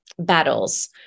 Battles